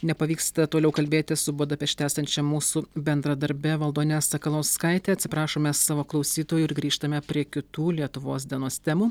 nepavyksta toliau kalbėtis su budapešte esančia mūsų bendradarbe valdone sakalauskaite atsiprašome savo klausytojų ir grįžtame prie kitų lietuvos dienos temų